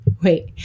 Wait